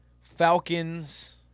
Falcons